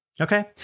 Okay